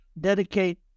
dedicate